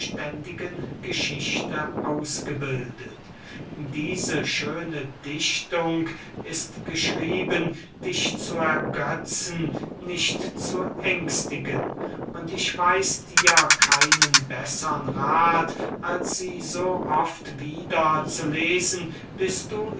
geschichte ausgebildet diese schöne dichtung ist geschrieben dich zu ergetzen nicht zu ängstigen und ich weiß dir keinen bessern rath als sie so oft wieder zu lesen bis du